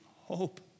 hope